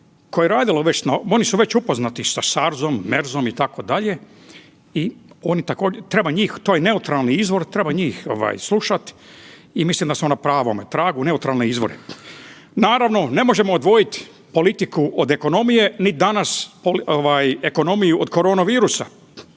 Koreji oni su već upoznati sa SARS-om, MERS-om itd. i treba njih, to je neutralni izvor treba njih slušat i mislim da su na pravom tragu neutralne izvore. Naravno, ne možemo odvojiti politiku od ekonomije ni danas ekonomiju od korona virusa.